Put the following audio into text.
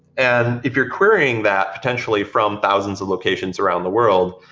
and if you're querying that potentially from thousands of locations around the world,